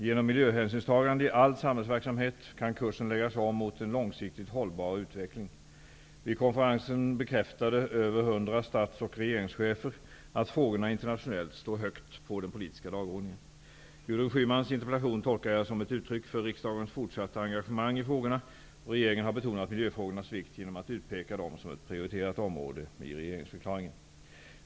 Genom miljöhänsynstagande i all samhällsverksamhet kan kursen läggas om mot en långsiktigt hållbar utveckling. Vid konferensen bekräftade över 100 stats och regeringschefer att frågorna internationellt står högt på den politiska dagordningen. Gudrun Schymans interpellation tolkar jag som ett uttryck för riksdagens fortsatta engagemang i frågorna. Regeringen har betonat miljöfrågornas vikt genom att utpeka dem som ett prioriterat område i regeringsförklaringen.